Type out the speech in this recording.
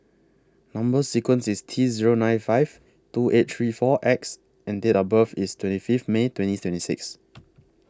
Number sequence IS T Zero nine five two eight three four X and Date of birth IS twenty Fifth May twenty twenty six